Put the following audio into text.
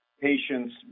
patients